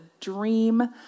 dream